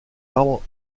arbres